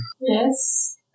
Yes